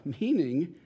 meaning